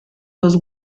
los